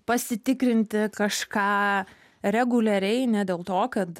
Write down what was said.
pasitikrinti kažką reguliariai ne dėl to kad